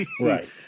Right